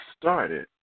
started